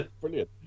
brilliant